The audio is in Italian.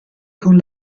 con